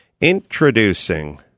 Introducing